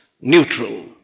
neutral